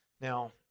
Now